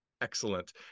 excellent